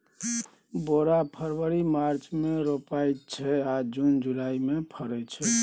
बोरा फरबरी मार्च मे रोपाइत छै आ जुन जुलाई मे फरय छै